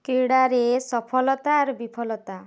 କ୍ରିଡ଼ାରେ ସଫଲତା ଆର୍ ବିଫଲତା